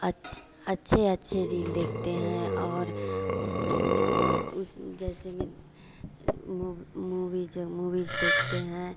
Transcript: अछ अच्छे अच्छे रील देखते हैं और उस जैसे में वो मूवीज मूवीज़ देखते हैं